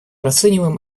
расцениваем